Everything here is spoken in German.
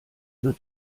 wird